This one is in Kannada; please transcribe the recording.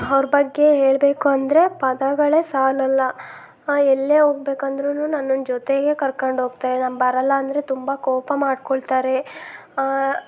ಅವ್ರ ಬಗ್ಗೆ ಹೇಳಬೇಕು ಅಂದರೆ ಪದಗಳೇ ಸಾಲೋಲ್ಲ ಎಲ್ಲೇ ಹೋಗ್ಬೇಕು ಅಂದ್ರೂ ನನ್ನನ್ನ ಜೊತೆಗೇ ಕರ್ಕಂಡು ಹೋಗ್ತಾರೆ ನಾನು ಬರೋಲ್ಲ ಅಂದರೆ ತುಂಬ ಕೋಪ ಮಾಡಿಕೊಳ್ತಾರೆ